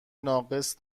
ناقص